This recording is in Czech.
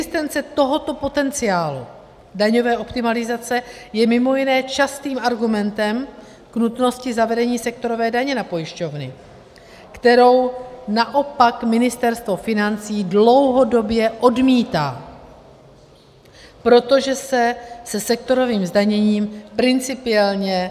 Existence tohoto potenciálu daňové optimalizace je mimo jiné častým argumentem k nutnosti zavedení sektorové daně na pojišťovny, kterou naopak Ministerstvo financí dlouhodobě odmítá, protože se se sektorovým zdaněním principiálně neztotožňuje.